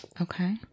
Okay